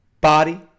body